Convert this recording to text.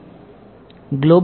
global 4